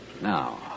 now